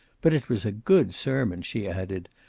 but it was a good sermon, she added.